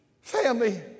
Family